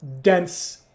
dense